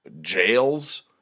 jails